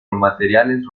materiales